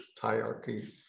hierarchy